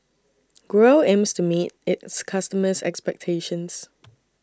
Growell aims to meet its customers' expectations